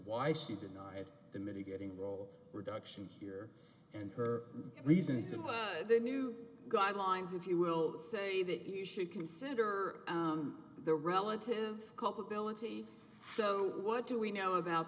why she denied the mitigating role reduction here and her reasons to the new guidelines if you will say that you should consider their relative culpability so what do we know about